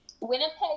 Winnipeg